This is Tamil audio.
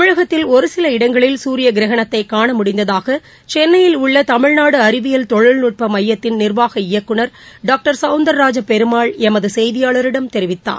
தமிழகத்தில் ஒருசில இடங்களில் சூரியகிரகணத்தைகாணமுடிந்ததாகசென்னையில் உள்ளதமிழ்நாடுஅறிவியல் தொழில்நுட்பமையத்தின் நிர்வாக இயக்குநர் டாக்டர் சௌந்தர ராஜ பெருமாள் எமதுசெய்தியாளரிடம் தெரிவித்தார்